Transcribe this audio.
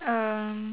um